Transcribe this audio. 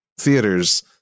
theaters